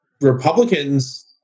Republicans